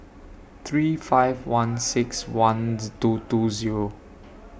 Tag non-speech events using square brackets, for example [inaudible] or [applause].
three five one six one [noise] two two Zero